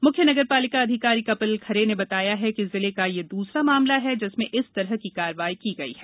म्ख्य नगर पालिका अधिकारी कपिल खरे ने बताया है कि जिले का यह दूसरा मामला है जिसमें इस तरह की कार्यवाही की गयी है